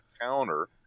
counter